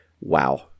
wow